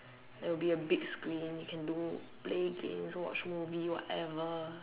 there will be a big screen you can do play games watch movie whatever then the whole floor is uh bed or something